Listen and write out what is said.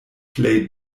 plej